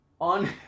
on